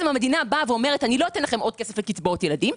המדינה אומרת: אני לא אתן לכם עוד כסף לקצבאות ילדים,